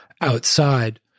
Outside